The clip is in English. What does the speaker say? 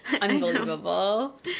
unbelievable